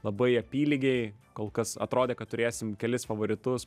labai apylygiai kol kas atrodė kad turėsim kelis favoritus